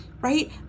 right